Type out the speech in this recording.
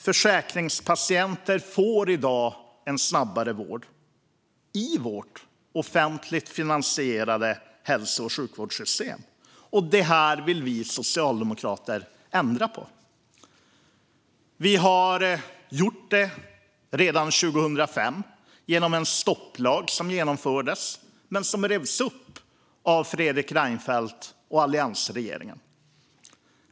Försäkringspatienter får i dag en snabbare vård i vårt offentligt finansierade hälso och sjukvårdssystem. Det vill vi socialdemokrater ändra på. Vi försökte göra det redan 2005 genom en stopplag som genomfördes men som revs upp av Fredrik Reinfeldt och alliansregeringen.